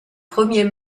premier